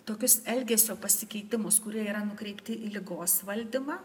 tokius elgesio pasikeitimus kurie yra nukreipti į ligos valdymą